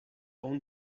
own